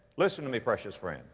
listen to me precious friend.